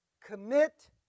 Commit